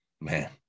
man